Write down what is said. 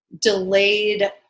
delayed